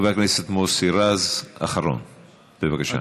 חבר הכנסת מוסי רז, אחרון, בבקשה.